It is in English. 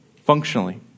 Functionally